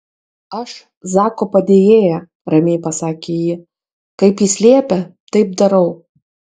aš zako padėjėja ramiai pasakė ji kaip jis liepia taip darau